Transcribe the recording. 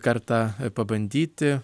kartą pabandyti